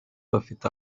bafite